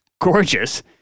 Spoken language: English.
Gorgeous